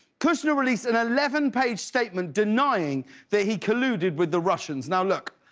kushner released an eleven page statement denying that he colluded with the russians. now look,